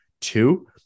Two